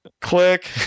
click